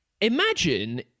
imagine